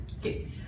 Okay